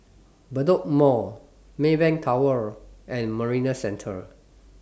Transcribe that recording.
Bedok Mall Maybank Tower and Marina Centre